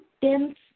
dense